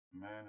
Man